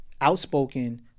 outspoken